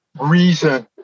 reason